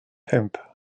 pump